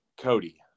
Cody